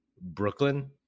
Brooklyn